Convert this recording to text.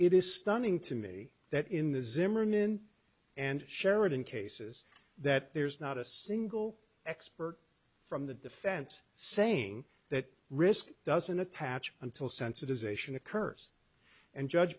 it is stunning to me that in the zimmerman and sheridan cases that there's not a single expert from the defense saying that risk doesn't attach until sensitization a curse and judge